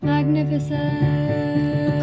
Magnificent